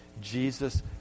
Jesus